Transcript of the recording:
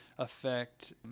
affect